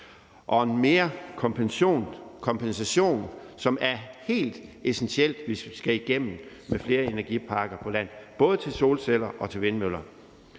og en merkompensation, som er helt essentiel, hvis vi skal igennem med flere energiparker på land, både til solceller og til vindmøller.